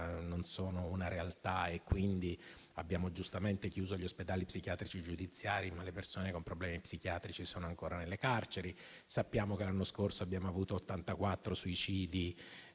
non sono una realtà, ma abbiamo - giustamente - chiuso gli ospedali psichiatrici giudiziari, pertanto le persone con problemi psichiatrici sono ancora nelle carceri; sappiamo che l'anno scorso abbiamo avuto 84 suicidi,